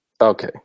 Okay